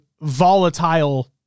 volatile